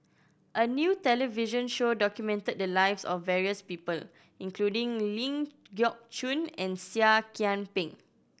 a new television show documented the lives of various people including Ling Geok Choon and Seah Kian Peng